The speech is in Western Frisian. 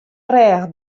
rêch